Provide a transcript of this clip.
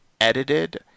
edited